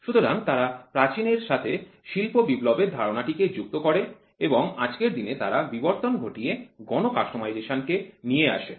সুতরাং তারা প্রাচীনের সাথে শিল্প বিপ্লবের ধারণাটি কে যুক্ত করে এবং আজকের দিনে তারা বিবর্তন ঘটিয়ে গণ কাস্টমাইজেশন কে নিয়ে আসে